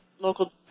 local